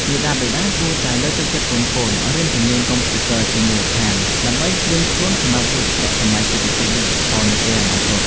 មាតាបិតាគួរតែលើកទឹកចិត្តកូនៗឱ្យរៀនជំនាញកុំព្យូទ័រជាមូលដ្ឋាន ដើម្បីត្រៀមខ្លួនសម្រាប់យុគសម័យសេដ្ឋកិច្ចឌីជីថលនាពេលអនាគត។